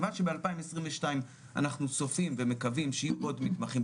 מכיוון שב-2022 אנחנו צופים ומקווים שיהיו פה עוד מתמחים,